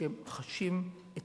שחשים את